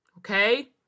Okay